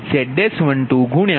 4247 j0